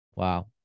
Wow